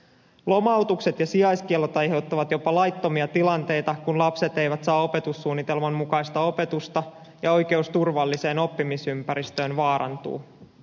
lomautukset ja sijaiskiellot aiheuttavat jopa laittomia tilanteita kun lapset eivät saa opetussuunnitelman mukaista opetusta ja oikeus turvalliseen oppimisympäristöön vaarantuu